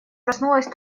проснулась